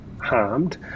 harmed